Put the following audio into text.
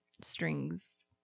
strings